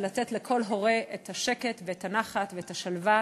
ולתת לכל הורה את השקט ואת הנחת ואת השלווה,